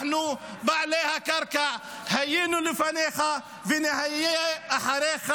אנחנו בעלי הקרקע, היינו לפניך ונהיה גם אחריך.